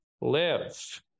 live